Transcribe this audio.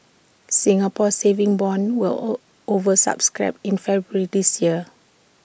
Singapore saving bonds were O over subscribed in February this year